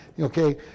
Okay